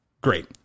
Great